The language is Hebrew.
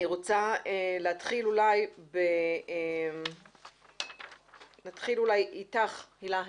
הילה ארנרייך.